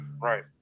right